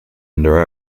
under